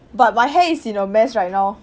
but my hair is in a mess right now